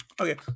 okay